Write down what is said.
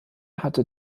hatte